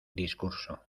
discurso